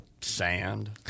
sand